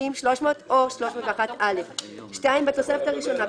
סעיפים 300 או 301א"; (2)בתוספת הראשונה,